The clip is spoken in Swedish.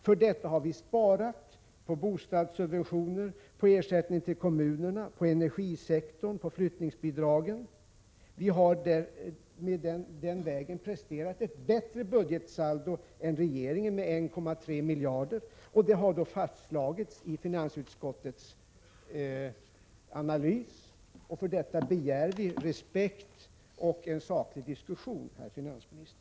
För detta har vi sparat på bostadssubventioner, ersättningen till kommunerna, på energisektorn och på flyttningsbidragen. Vi har den vägen presterat ett bättre budgetsaldo än regeringen. Skillnaden är 1,3 miljarder. Detta har fastslagits i finansutskottets analys. För detta begär vi respekt och en saklig diskussion, herr finansminister.